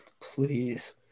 Please